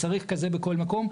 צריך כזה בכל מקום.